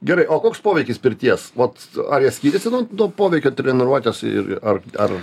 gerai o koks poveikis pirties vot ar jie skiriasi nuo to poveikio treniruotės ir ar ar